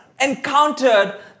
encountered